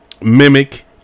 Mimic